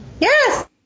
Yes